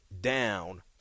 down